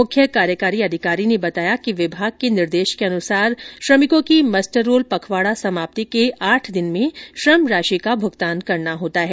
मुख्य कार्यकारी अधिकारी ने बताया कि विभाग के निर्देश के अनुसार श्रमिकों की मस्टररोल पखवाड़ा समाप्ति के आठ दिन में श्रम राशि का भुगतान करना होता है